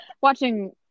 watching